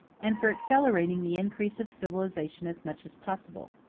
and for accelerating the increase of civilization as much as possible.